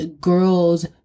girls